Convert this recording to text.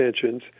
tensions